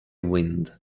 wind